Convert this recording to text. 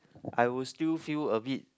I would still feel a bit